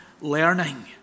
learning